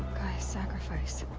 gaia's sacrifice.